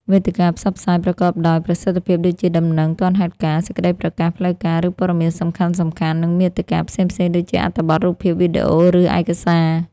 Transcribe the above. វេទិកាផ្សព្វផ្សាយប្រកបដោយប្រសិទ្ធភាពដូចជា ដំណឹង ទាន់ហេតុការណ៍ សេចក្តីប្រកាស ផ្លូវការ ឬព័ត៌មានសំខាន់ៗ និងមាតិកា ផ្សេងៗដូចជា អត្ថបទ រូបភាព វីដេអូ ឬឯកសារ។